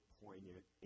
poignant